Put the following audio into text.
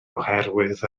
oherwydd